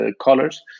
colors